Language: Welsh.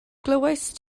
glywaist